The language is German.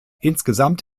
insgesamt